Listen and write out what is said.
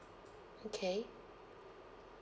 okay